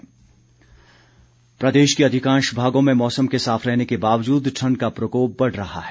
मौसम प्रदेश के अधिकांश भागों में मौसम साफ रहने के बावजूद ठंड का प्रकोप बढ़ रहा है